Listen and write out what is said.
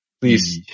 Please